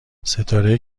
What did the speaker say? ستاره